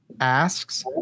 asks